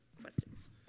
questions